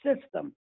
system